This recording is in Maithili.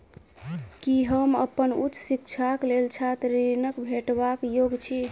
की हम अप्पन उच्च शिक्षाक लेल छात्र ऋणक भेटबाक योग्य छी?